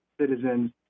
citizens